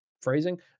phrasing